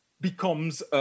becomes